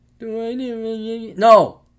no